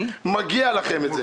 מגיע לכם את זה.